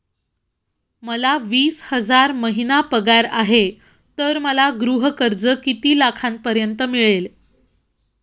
मला वीस हजार महिना पगार आहे तर मला गृह कर्ज किती लाखांपर्यंत मिळेल?